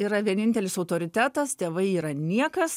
yra vienintelis autoritetas tėvai yra niekas